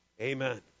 Amen